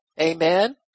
Amen